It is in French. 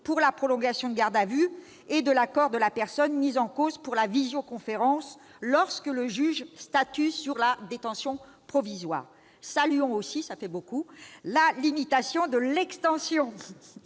pour la prolongation de garde à vue et celle de l'accord de la personne mise en cause pour la visioconférence lorsque le juge statue sur la détention provisoire. Saluons aussi la limitation de l'extension